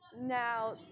Now